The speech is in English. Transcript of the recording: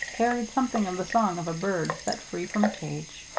carried something of the song of a bird set free from a cage.